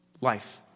life